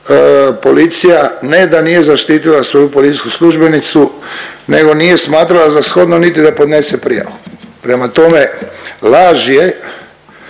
Policija ne da nije zaštitila svoju policijsku službenicu nego nije smatrala za shodno niti da podnese prijavu. Prema tome, laž je